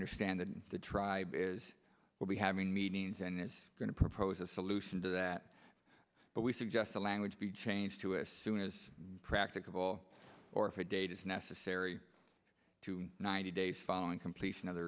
understand that the tribe is will be having meetings and is going to propose a solution to that but we suggest the language be changed to a soon as practicable or if a date is necessary to ninety days following completion other